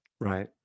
Right